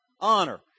Honor